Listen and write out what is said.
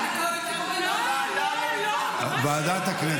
לוועדת הכנסת.